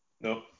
No